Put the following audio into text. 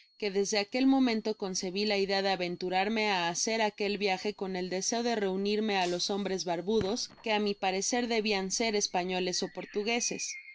que desde aquel momento concebi la idea de aventurarme á hacer aquel viaje con el deseo de reunirme á los hombres barbudos que á mi parecer debian ser españoles ó portugueses